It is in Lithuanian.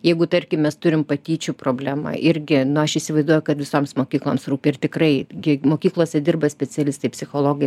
jeigu tarkim mes turim patyčių problemą irgi nu aš įsivaizduoju kad visoms mokykloms rūpi ir tikrai kiek mokyklose dirba specialistai psichologai